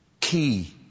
key